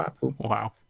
wow